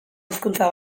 hizkuntza